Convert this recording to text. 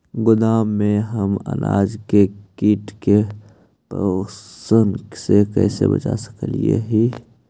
गोदाम में हम अनाज के किट के प्रकोप से कैसे बचा सक हिय?